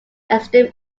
extreme